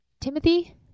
Timothy